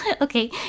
Okay